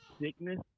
sickness